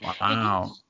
Wow